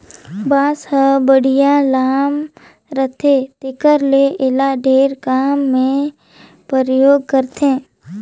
बांस हर बड़िहा लाम रहथे तेखर ले एला ढेरे काम मे परयोग करथे